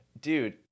dude